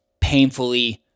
painfully